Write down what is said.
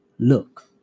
look